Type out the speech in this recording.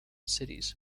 cities